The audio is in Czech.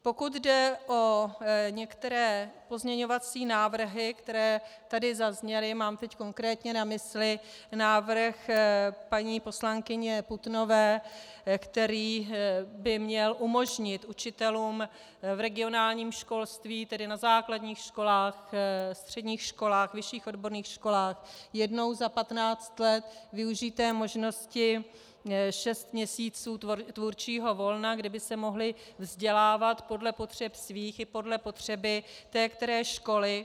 Pokud jde o některé pozměňovací návrhy, které tady zazněly mám teď konkrétně na mysli návrh paní poslankyně Putnové, který by měl umožnit učitelům v regionálním školství, tedy na základních školách, středních školách, vyšších odborných školách, jednou za 15 let využít té možnosti šest měsíců tvůrčího volna, kdy by se mohli vzdělávat podle potřeb svých i podle potřeby té které školy.